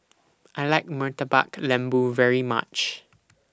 I like Murtabak Lembu very much